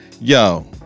Yo